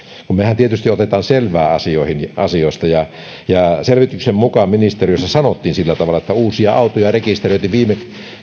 mehän otamme tietysti selvää asioista selvityksen mukaan ministeriössä sanottiin sillä tavalla että uusia autoja rekisteröitiin viime